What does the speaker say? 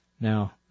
Now